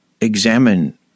Examine